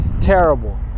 terrible